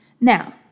Now